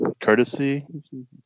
courtesy